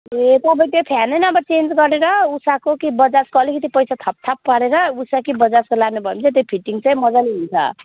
ए तपाईँ त्यो फेनै नभए चेन्ज गरेर उषाको कि बजाजको अलिकति पैसा थपथाप पारेर उषा कि बजाजको लानुभयो भने चाहिँ त्यो फिटिङ चाहिँ मजाले हुन्छ